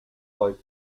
like